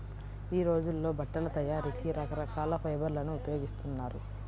యీ రోజుల్లో బట్టల తయారీకి రకరకాల ఫైబర్లను ఉపయోగిస్తున్నారు